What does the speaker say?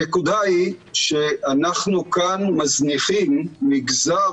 הנקודה היא שאנחנו כאן מזניחים מגזר